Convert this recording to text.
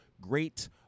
great